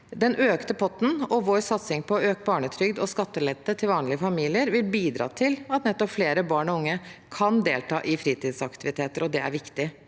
Den økte potten og vår satsing på økt barnetrygd og skattelette til vanlige familier vil bidra til at flere barn og unge kan delta i fritidsaktiviteter, og det er viktig.